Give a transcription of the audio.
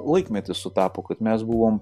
laikmetis sutapo kad mes buvom